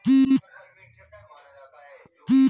पुरनका जमना में राजा रानी खाली रेशम के ही कपड़ा पहिनत रहे